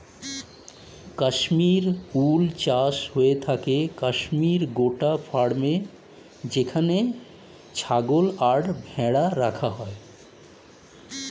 Kashmir wool চাষ হয়ে থাকে কাশ্মীর গোট ফার্মে যেখানে ছাগল আর ভেড়া রাখা হয়